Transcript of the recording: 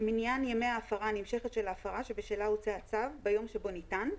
מניין ימי ההפרה הנמשכת של ההפרה שבשלה הוצא הצו ביום שבו ניתן,